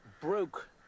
broke